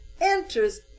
enters